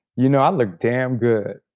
you know, i look damn good,